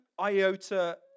iota